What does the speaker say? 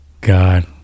God